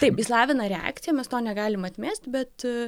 taip jis lavina reakciją mes to negalim atmest bet